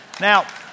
now